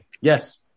yes